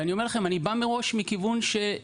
ואני אומר לכם שאני בא מראש מכיוון שלכולנו